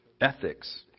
ethics